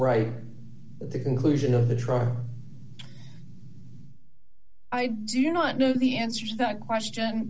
right of the conclusion of the trial i do not know the answer to that question